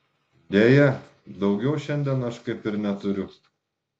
deja daugiau šiandien aš kaip ir neturiu